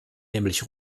nämlich